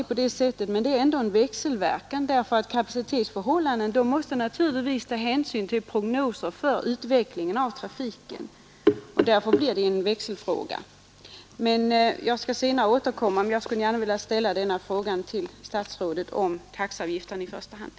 Så är det givetvis, men där blir det också en växelverkan eftersom man beträffande kapacitetsförhållandena ju måste ta hänsyn till prognoserna för utvecklingen av trafiken, Jag skall återkomma till detta och har nu i första hand velat ställa frågan om taxeavgiften till statsrådet.